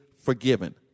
forgiven